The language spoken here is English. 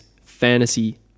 Fantasy